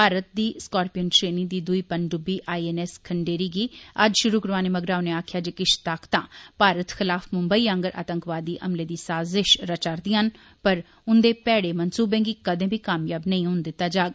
भारत दी सकार्पियोन श्रेणी दी दुई पंनडुब्बी आई एन एस खंडेरी गी अज्ज शुरु करवाने मगरा उनें आक्खेआ जे किश ताकतां भारत खिलाफ मुम्बई आंगर आतंकवादी हमले दी साजिश रचा'रदियां न पर उन्दे मैहड़े मंसूबे गी कदें बी कामयाब नेईं होन दिता जाग